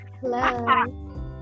Hello